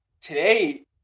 today